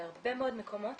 בהרבה מאוד מקומות,